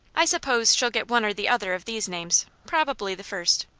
i suppose shell get one or the other of these names probably the first.